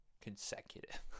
consecutive